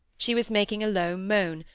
she was making a low moan,